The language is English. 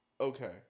Okay